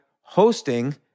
hosting